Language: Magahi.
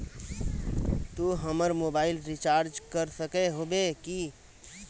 तू हमर मोबाईल रिचार्ज कर सके होबे की?